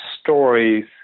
stories